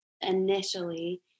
initially